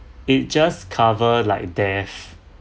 it just cover like death